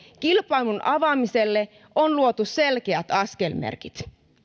kilpailun avaamiselle on luotu selkeät askelmerkit